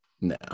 no